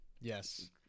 Yes